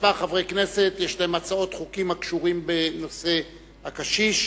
לכמה חברי כנסת יש הצעות חוק הקשורות בנושא הקשיש,